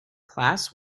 class